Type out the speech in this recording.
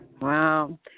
Wow